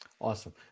Awesome